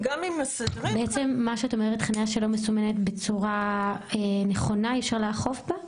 בעצם את אומרת שחניה שלא מסומנת בצורה נכונה אי אפשר לאכוף בה?